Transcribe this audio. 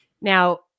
Now